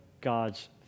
God's